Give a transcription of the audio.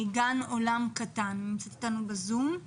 מגן עולם קטן שנמצאת אתנו ב-זום.